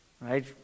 right